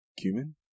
Cumin